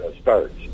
starts